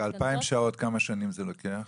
2,000 שעות, כמה שנים זה לוקח?